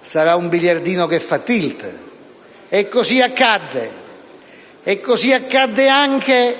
sarà un biliardino che fa *tilt*. E così accadde. E così accadde anche